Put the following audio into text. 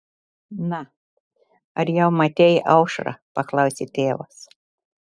na ar jau matei aušrą paklausė tėvas